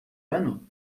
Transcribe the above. ano